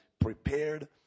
prepared